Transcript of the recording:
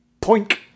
Poink